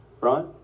right